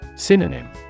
Synonym